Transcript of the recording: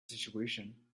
situation